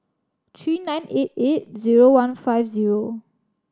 three nine eight eight zero one five zero